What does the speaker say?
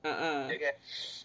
a'ah